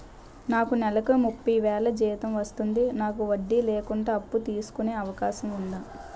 నాకు నేలకు ముప్పై వేలు జీతం వస్తుంది నాకు వడ్డీ లేకుండా అప్పు తీసుకునే అవకాశం ఉందా